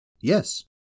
Yes